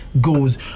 goes